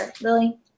Lily